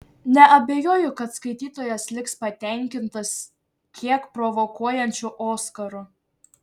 neabejoju kad skaitytojas liks patenkintas kiek provokuojančiu oskaru